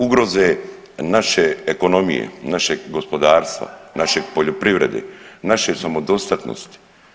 Ugroze naše ekonomije, našeg gospodarstva, naše poljoprivrede, naše samodostatnosti.